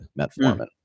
metformin